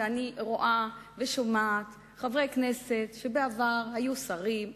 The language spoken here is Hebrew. ואני רואה ושומעת חברי כנסת שבעבר היו שרים,